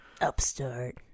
Upstart